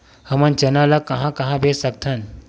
हमन चना ल कहां कहा बेच सकथन?